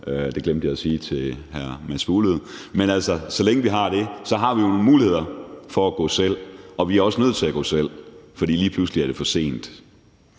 det glemte jeg at sige til hr. Mads Fuglede – har vi jo nogle muligheder for at gå selv, og vi er også nødt til at gå selv, for lige pludselig er det for sent.